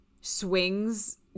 swings